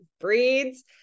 breeds